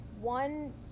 one